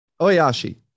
Oyashi